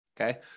Okay